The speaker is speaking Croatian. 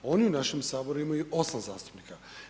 Oni u našem Saboru imaju 8 zastupnika.